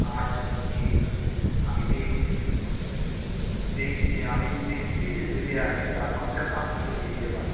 আচ্ছা ঠিক আছে আমি দেখছি দেখছি আমি দেখছি যদি আজকে চার পাঁচশো টাকা আপনাকে দিয়ে দিতে পারি